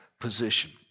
position